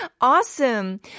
Awesome